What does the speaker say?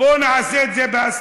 בוא נעשה את זה בהסכמה,